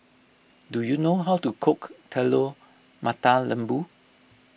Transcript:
do you know how to cook Telur Mata Lembu